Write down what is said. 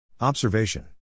Observation